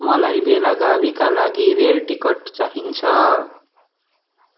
मलाई बेलागाभीका लागि रेल टिकट चाहिन्छ